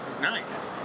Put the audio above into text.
Nice